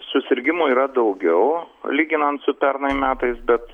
susirgimų yra daugiau lyginant su pernai metais bet